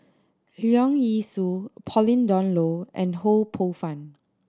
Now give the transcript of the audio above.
Leong Yee Soo Pauline Dawn Loh and Ho Poh Fun